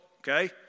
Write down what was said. okay